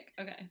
Okay